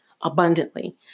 abundantly